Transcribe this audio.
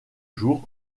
jour